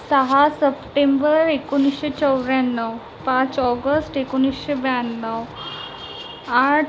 दहा सप्टेंबर एकोणीसशे चौऱ्याण्णव पाच ऑगस्ट एकोणीसशे ब्याण्णव आठ